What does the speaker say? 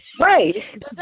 Right